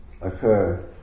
occur